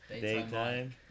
Daytime